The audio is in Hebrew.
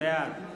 בעד